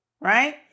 Right